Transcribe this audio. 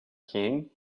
king